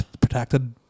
protected